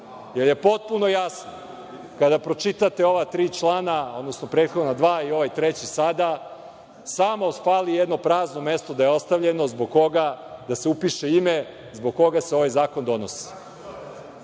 jer je potpuno jasno, kada pročitate ova tri člana, odnosno prethodna dva i ovaj treći sada, samo fali jedno prazno mesto da je ostavljeno, zbog koga, da se upiše ime, zbog koga se ovaj zakon donosi. To